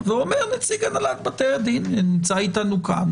9. ואומר נציג הנהלת בתי הדין הוא נמצא איתנו כאן